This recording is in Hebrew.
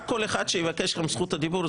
רק קול אחד שיבקש זכות דיבור,